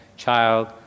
child